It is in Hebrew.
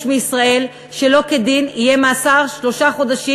מישראל שלא כדין יהיה מאסר שלושה חודשים,